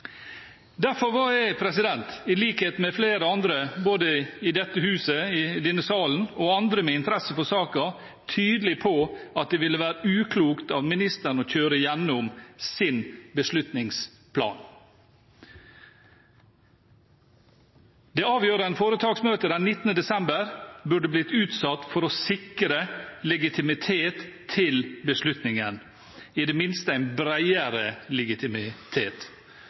Derfor var jeg, i likhet med andre både i dette huset, i denne salen og flere med interesse for saken, tydelig på at det ville være uklokt av ministeren å kjøre gjennom sin beslutningsplan. Det avgjørende foretaksmøtet den 19. desember burde blitt utsatt for å sikre legitimitet til beslutningen, i det minste en breiere legitimitet.